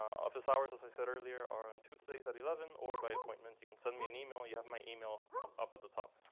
office hours, as i said earlier, are on tuesdays at eleven zero or by appointment. you can send me an email. you have my email up at the top.